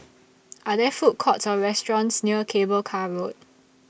Are There Food Courts Or restaurants near Cable Car Road